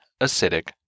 acidic